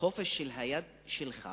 החופש של היד שלך